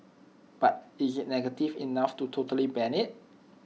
but is IT negative enough to totally ban IT